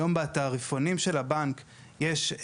היום בתעריפונים של הבנק יש,